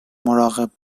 مراقب